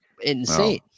insane